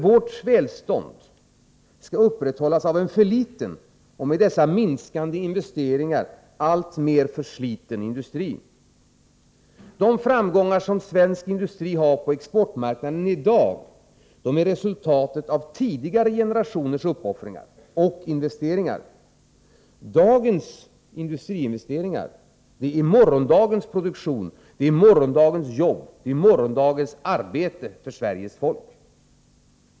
Vårt välstånd skall upprätthållas av en för liten och - med dessa minskande investeringar — alltmer försliten industri. De framgångar som svensk industri har på exportmarknaden i dag är resultatet av tidigare generationers uppoffringar och investeringar. Dagens industriinvesteringar är morgondagens produktion och morgondagens arbete för Sveriges folk.